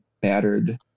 battered